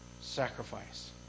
sacrifice